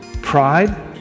pride